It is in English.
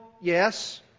yes